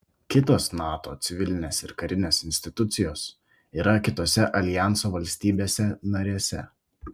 kitos nato civilinės ir karinės institucijos yra kitose aljanso valstybėse narėse